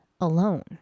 alone